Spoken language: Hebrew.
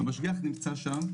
המשגיח נמצא שם,